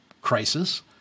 crisis